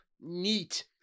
neat